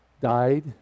died